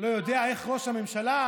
לא יודע איך ראש הממשלה,